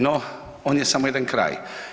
No, on je samo jedan kraj.